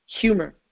humor